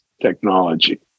technology